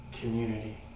community